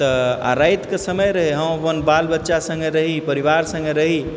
तऽ आओर रातिके समय रहै हम अपन बाल बच्चा सङ्गे रही परिवार सङ्गे रही